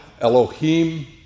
Elohim